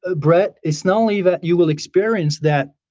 ah brett. it's not only that you will experience that